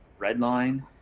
redline